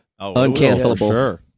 Uncancelable